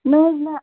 نہَ حظ نہَ